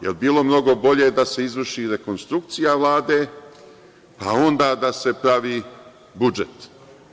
Jel bilo mnogo bolje da se izvrši rekonstrukcija Vlade, pa onda da se pravi budžet?